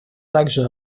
также